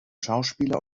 schauspieler